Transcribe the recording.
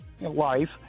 life